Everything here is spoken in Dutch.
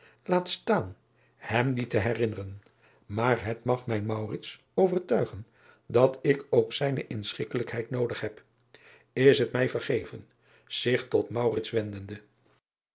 laat staan hem die te herinneren maar het mag mijn overtuigen dat ik ook zijne inschikkelijkheid noodig heb s het mij vergeven zich tot